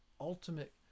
ultimate